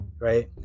Right